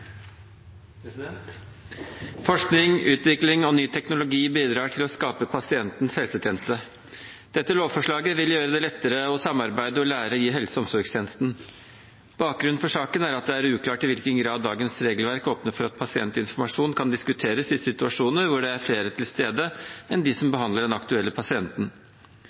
Forskning, utvikling og ny teknologi bidrar til å skape pasientens helsetjeneste. Dette lovforslaget vil gjøre det lettere å samarbeide og lære i helse- og omsorgstjenesten. Bakgrunnen for saken er at det er uklart i hvilken grad dagens regelverk åpner for at pasientinformasjon kan diskuteres i situasjoner hvor det er flere til stede enn de som behandler den aktuelle pasienten.